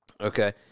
okay